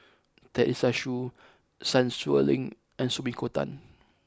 Teresa Hsu Sun Xueling and Sumiko Tan